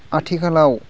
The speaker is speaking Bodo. आथिखालाव